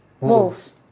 Wolves